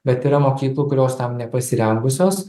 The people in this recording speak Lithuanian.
bet yra mokyklų kurios tam nepasirengusios